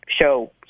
Show